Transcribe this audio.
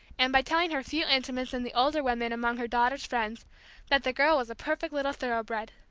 and by telling her few intimates and the older women among her daughter's friends that the girl was a perfect little thoroughbred.